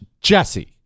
Jesse